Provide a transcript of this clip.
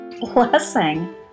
blessing